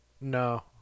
No